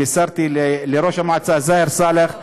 בישרתי לראש המועצה זאהר סאלח,